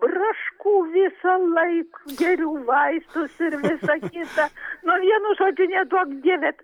brašku visą lai geriu vaistus ir visa kita nu vienu žodžiu neduok dieve